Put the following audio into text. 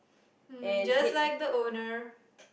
um just like the owner